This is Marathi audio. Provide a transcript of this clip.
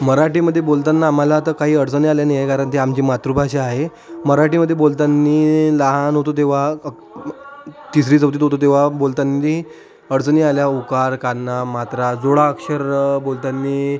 मराठीमध्ये बोलताना मला तर काही अडचणी आल्या नाही आहे कारण ती आमची मातृभाषा आहे मराठीमध्ये बोलताना लहान होतो तेव्हा अक् तिसरी चौथीत होतो तेव्हा बोलताना अडचणी आल्या उकार काना मात्रा जोडाक्षर बोलताना